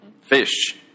Fish